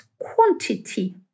quantity